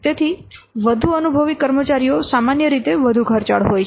તેથી વધુ અનુભવી કર્મચારીઓ સામાન્ય રીતે વધુ ખર્ચાળ હોય છે